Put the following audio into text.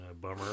Bummer